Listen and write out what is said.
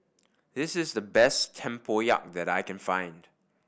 this is the best tempoyak that I can find